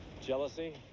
Jealousy